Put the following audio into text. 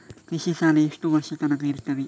ಕೃಷಿ ಸಾಲ ಎಷ್ಟು ವರ್ಷ ತನಕ ಇರುತ್ತದೆ?